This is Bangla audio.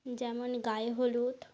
যেমন গায়ে হলুদ